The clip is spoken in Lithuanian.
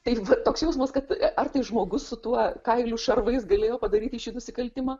tai toks jausmas kad ar tai žmogus su tuo kailiu šarvais galėjo padaryti šį nusikaltimą